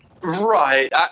Right